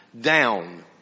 down